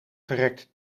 verrekt